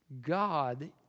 God